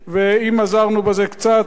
ואם עזרנו בזה קצת, אשרינו.